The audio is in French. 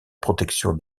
protection